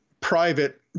private